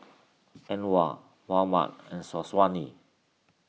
Anuar Muhammad and Syazwani